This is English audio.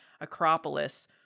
Acropolis